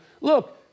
Look